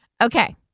Okay